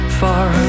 far